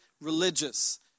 religious